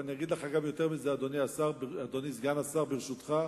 ואני אגיד לך יותר מזה, אדוני סגן השר, ברשותך,